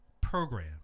program